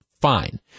fine